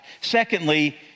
Secondly